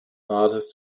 rates